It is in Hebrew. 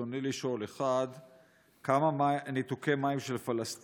ברצוני לשאול: 1. כמה ניתוקי מים של פלסטינים